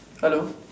hello